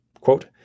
quote